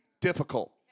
difficult